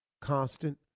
constant